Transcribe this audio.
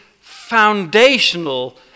foundational